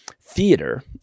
theater